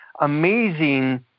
amazing